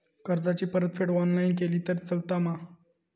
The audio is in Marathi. कर्जाची परतफेड ऑनलाइन केली तरी चलता मा?